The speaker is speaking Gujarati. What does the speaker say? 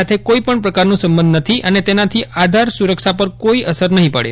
સાથે કોઇપણ પ્રકારનો સંબંધ નથી અને તેનાથી આધાર સુરક્ષા પર કોઇ અસર નહીં પડે